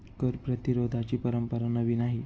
कर प्रतिरोधाची परंपरा नवी नाही